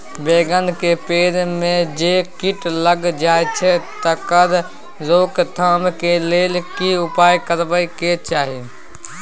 बैंगन के पेड़ म जे कीट लग जाय छै तकर रोक थाम के लेल की उपाय करबा के चाही?